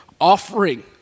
offering